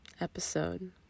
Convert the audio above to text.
episode